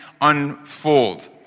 unfold